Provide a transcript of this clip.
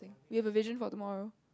we have a vision for tomorrow